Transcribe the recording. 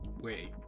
Wait